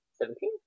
Seventeen